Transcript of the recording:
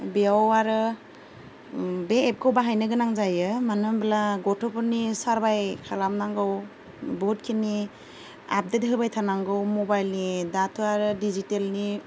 बेयाव आरो बे एपखौ बाहायनो गोनां जायो मानो होनोब्ला गथ'फोरनि सारभे खालामनांगौ बहुतखिनि आपडेट होबाय थानांगौ मबाइलनि दाथ' आरो डिजिटेलनि